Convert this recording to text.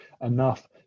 enough